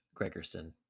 Gregerson